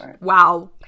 wow